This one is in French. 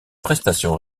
prestation